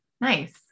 Nice